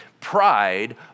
Pride